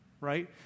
right